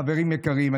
חברים יקרים,